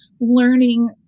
learning